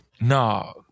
No